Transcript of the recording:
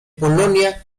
polonia